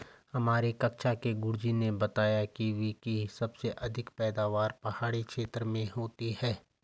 हमारी कक्षा के गुरुजी ने बताया कीवी की सबसे अधिक पैदावार पहाड़ी क्षेत्र में होती है